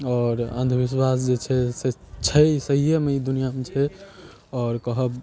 आओर अन्धविश्वास जे छै से छै सहियेमे ई दुनिआमे छै आओर कहब